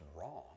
wrong